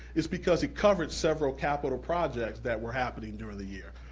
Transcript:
it's because it covered several capital projects that were happening during the year.